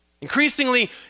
Increasingly